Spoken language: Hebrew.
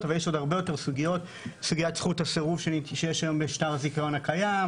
יש גם את סוגיית זכות הסירוב שקיימת בשטר הזיכיון הנוכחי,